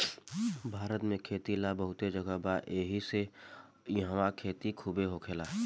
भारत में खेती ला बहुते जगह बा एहिसे इहवा खेती खुबे होखेला